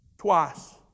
Twice